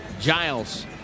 Giles